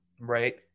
right